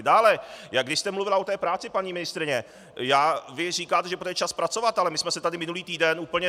Dále, když jste mluvila o té práci, paní ministryně, vy říkáte, že bude čas pracovat, ale my jsme se tady minulý týden úplně...